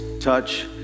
touch